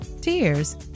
tears